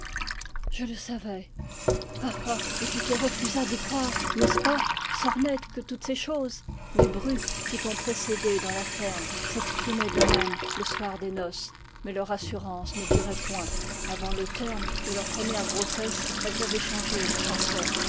je le savais ha ha et tu te refusas d'y croire n'est ce pas sornettes que toutes ces choses qui t'ont précédée dans la ferme s'exprimaient de même le soir des noces mais leur assurance ne durait point avant le terme de leur première grossesse elles avaient changé de chanson